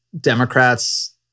Democrats